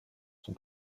son